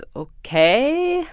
ok?